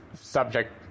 subject